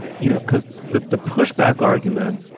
you know, cause the the pushback argument,